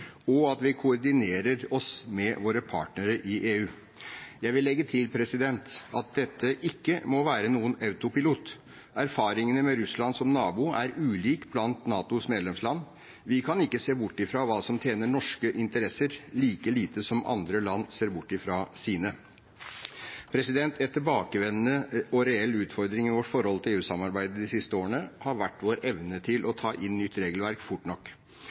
og at vi koordinerer oss med våre partnere i EU. Jeg vil legge til at dette ikke må være noe som går på autopilot. Erfaringen med Russland som nabo er ulik blant NATOs medlemsland. Vi kan ikke se bort fra hva som tjener norske interesser, like lite som andre land kan se bort fra hva som tjener deres. En tilbakevendende og reell utfordring i vårt forhold til EU-samarbeidet de siste årene har vært vår evne til å ta inn nytt regelverk fort nok.